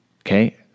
Okay